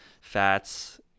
fats